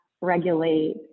regulate